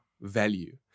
value